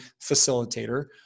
facilitator